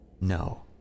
No